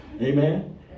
Amen